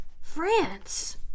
France